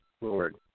Lord